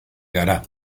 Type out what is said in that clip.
gara